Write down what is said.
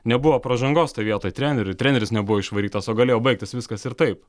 nebuvo pražangos toj vietoj treneriu treneris nebuvo išvarytas o galėjo baigtis viskas ir taip